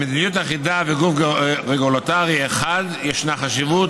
למדיניות אחידה וגוף רגולטורי אחד ישנה חשיבות